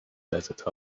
desert